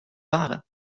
waren